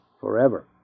forever